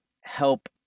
help